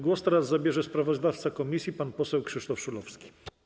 Głos teraz zabierze sprawozdawca komisji pan poseł Krzysztof Szulowski.